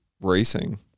racing